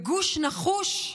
גוש נחוש,